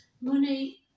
money